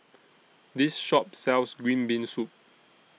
This Shop sells Green Bean Soup